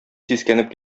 сискәнеп